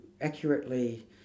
accurately